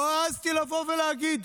לא העזתי לבוא ולהגיד: